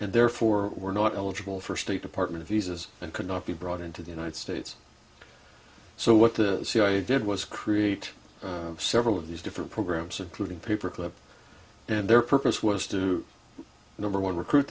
and therefore were not eligible for state department visas and could not be brought into the united states so what the cia did was create several of these different programs including people and their purpose was to number one recruit